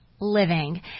living